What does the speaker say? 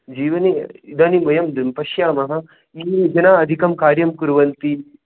जीवने इदानीं वयं द् पश्यामः ये जनाः अधिकं कार्यं कुर्वन्ति